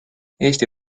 eesti